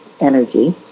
energy